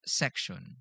section